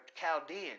Chaldean